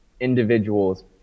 individuals